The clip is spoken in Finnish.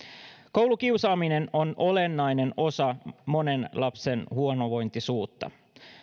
koulukiusaaminen on olennainen osa monen lapsen huonovointisuutta